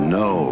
no